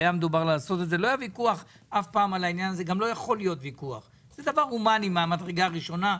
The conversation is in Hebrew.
וגם לא יכול להיות ויכוח כי זה דבר הומני מהמדרגה ראשונה.